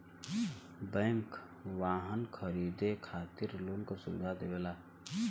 bank वाहन खरीदे खातिर लोन क सुविधा देवला